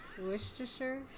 Worcestershire